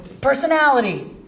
Personality